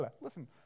Listen